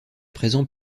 présent